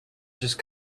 just